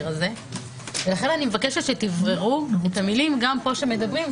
הזה ולכן אני מבקשת שתבררו את המילים גם פה כשמדברים.